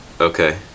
Okay